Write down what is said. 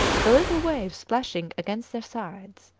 the little waves splashing against their sides.